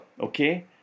okay